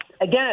again